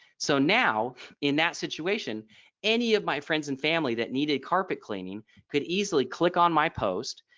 so now in that situation any of my friends and family that need a carpet cleaning could easily click on my post.